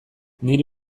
nire